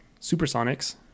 Supersonics